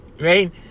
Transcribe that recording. right